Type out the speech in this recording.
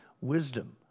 wisdom